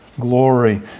glory